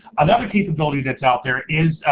another capability that's out there is,